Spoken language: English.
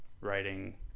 writing